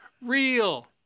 real